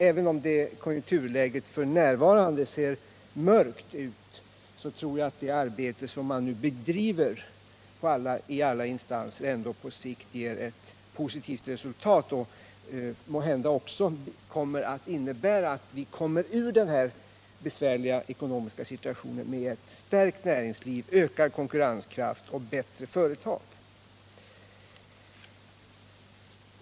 Även om konjunkturläget f.n. ser mörkt ut tror jag att det arbete som man nu bedriver i alla instanser på sikt skall ge ett positivt resultat och måhända också kommer att innebära att vi kommer ut ur den här besvärliga ekonomiska situationen med ett stärkt näringsliv, ökad konkurrenskraft och bättre företag.